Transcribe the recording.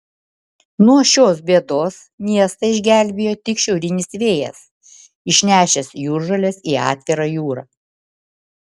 nuo šios bėdos miestą išgelbėjo tik šiaurinis vėjas išnešęs jūržoles į atvirą jūrą